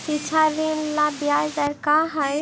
शिक्षा ऋण ला ब्याज दर का हई?